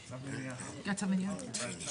תראי,